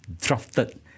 drafted